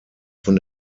von